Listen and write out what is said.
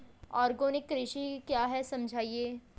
Organic कृषि क्या है समझाइए?